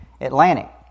Atlantic